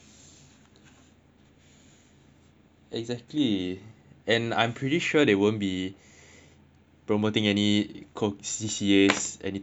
exactly and I'm pretty sure they won't be promoting any co~ C_C_A anytime soon